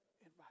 Invite